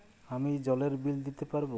আমি জলের বিল দিতে পারবো?